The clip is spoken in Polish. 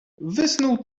wysnuł